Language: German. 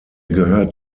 gehört